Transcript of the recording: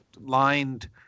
lined